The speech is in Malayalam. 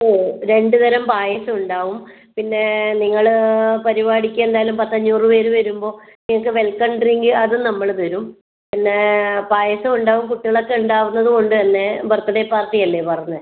ഓ രണ്ട് തരം പായസം ഉണ്ടാവും പിന്നെ നിങ്ങൾ പരിപാടിക്ക് എന്തായാലും പത്ത് അഞ്ഞൂറ് പേര് വരുമ്പോൾ നിങ്ങൾക്ക് വെൽക്കം ഡ്രിങ്ക് അതും നമ്മൾ തരും പിന്നെ പായസം ഉണ്ടാവും കുട്ടികളൊക്കെ ഉണ്ടാവുന്നത് കൊണ്ട് തന്നെ ബർത്ത് ഡേ പാർട്ടി അല്ലേ പറഞ്ഞത്